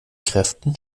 kräften